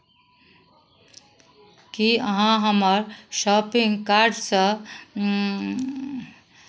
की अहाँ हमर शॉपिंग कार्टसँ